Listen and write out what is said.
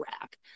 rack